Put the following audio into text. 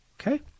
Okay